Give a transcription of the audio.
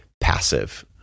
passive